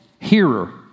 hearer